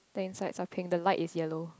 the insides are pink the light is yellow